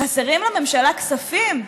חסרים לממשלה כספים?